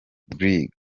brig